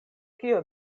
kio